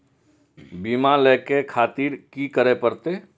बीमा लेके खातिर की करें परतें?